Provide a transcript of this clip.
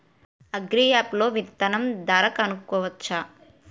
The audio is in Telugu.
అగ్రియాప్ లో విత్తనం ధర కనుకోవచ్చా?